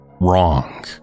Wrong